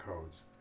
codes